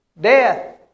Death